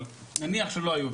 אבל נניח שלא היו,